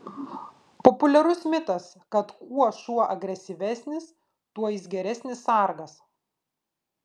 populiarus mitas kad kuo šuo agresyvesnis tuo jis geresnis sargas